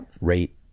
rate